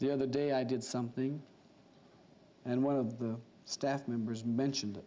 the other day i did something and one of the staff members mentioned